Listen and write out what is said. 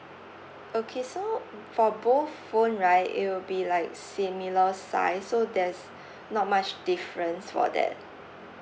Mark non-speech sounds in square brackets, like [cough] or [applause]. okay so [noise] for both phone right it will be like similar size so there's [breath] not much difference for that